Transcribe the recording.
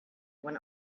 when